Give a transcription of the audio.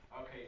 Okay